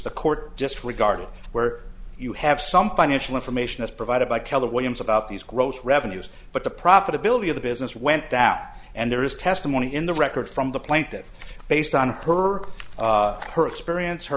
the court just regard where you have some financial information is provided by keller williams about these gross revenues but the profitability of the business went down and there is testimony in the record from the plaintiffs based on her her experience her